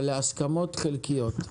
אבל להסכמות חלקיות.